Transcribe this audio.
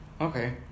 Okay